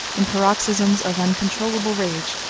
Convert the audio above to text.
in paroxysms of uncontrollable rage,